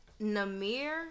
Namir